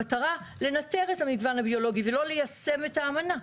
המטרה לנתר את המגוון הביולוגי ולא ליישם את האמנה,